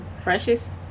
Precious